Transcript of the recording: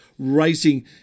racing